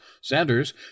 Sanders